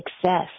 success